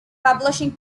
publishing